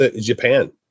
Japan